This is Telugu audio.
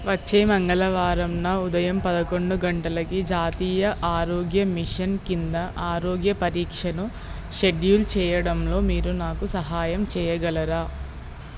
వచ్చే మంగళవారమున ఉదయం పదకొండు గంటలకి జాతీయ ఆరోగ్య మిషన్ క్రింద ఆరోగ్య పరీక్షను షెడ్యూల్ చేయడంలో మీరు నాకు సహాయం చేయగలరా